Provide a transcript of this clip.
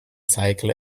cycle